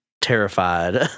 terrified